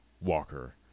Walker